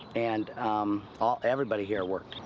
and ah everybody here worked.